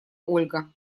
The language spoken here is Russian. ольга